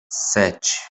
sete